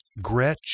Gretsch